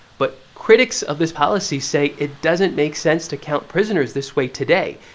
but critics of this policy say it doesn't make sense to count prisoners this way today.